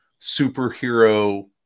superhero